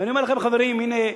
ואני אומר לכם, חברים, הנה,